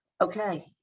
Okay